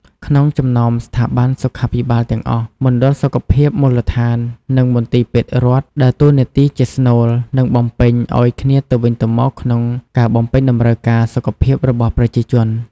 ក្នុងចំណោមស្ថាប័នសុខាភិបាលទាំងអស់ មណ្ឌលសុខភាពមូលដ្ឋាន និងមន្ទីរពេទ្យរដ្ឋ ដើរតួនាទីជាស្នូល និងបំពេញឱ្យគ្នាទៅវិញទៅមកក្នុងការបំពេញតម្រូវការសុខភាពរបស់ប្រជាជន។